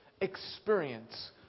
experience